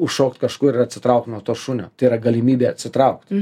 užšokt kažkur ir atsitraukt nuo to šunio tai yra galimybė atsitraukt